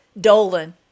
Dolan